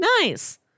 Nice